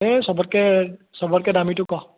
এই সবতকৈ সবতকৈ দামীটো ক